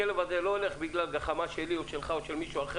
הכלב הזה לא הולך בגלל גחמה שלי או שלך להסגר.